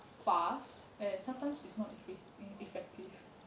fast and sometimes it's not effective